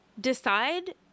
decide